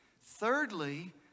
Thirdly